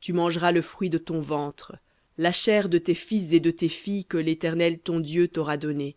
tu mangeras le fruit de ton ventre la chair de tes fils et de tes filles que l'éternel ton dieu t'aura donnés